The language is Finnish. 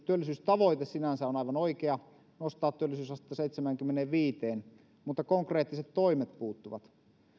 työllisyystavoite sinänsä on aivan oikea nostaa työllisyysastetta seitsemäänkymmeneenviiteen niin konkreettiset toimet puuttuvat